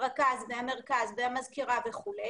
הרכז והמרכז והמזכירה וכו'